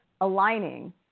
aligning